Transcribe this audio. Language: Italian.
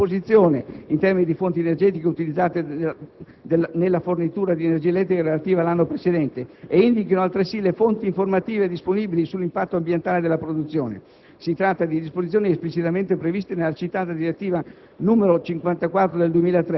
elettrica informino i clienti sulla composizione in termini di fonti energetiche utilizzate nella fornitura di energia elettrica relativa all'anno precedente e indichino altresì le fonti informative disponibili sull'impatto ambientale della produzione. Si tratta di disposizioni esplicitamente previste nella citata direttiva